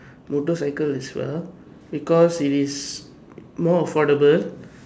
motorcycle as well because it is more affordable